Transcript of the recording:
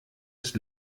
des